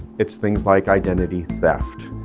it's things like identity theft,